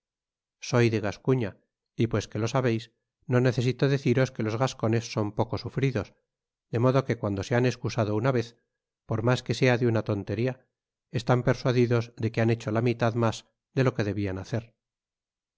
soy de gascuña y pues que lo sabeis no necesito deciros que los gascones son poco sufridos de modo que cuando se han escusado una vez por mas que sea de una tonteria están persuadidos de que han hecho la mitad mas de lo que debian hacer